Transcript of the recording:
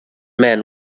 men